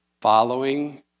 Following